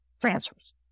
Transfers